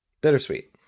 Bittersweet